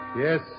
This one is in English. Yes